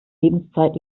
lebenszeit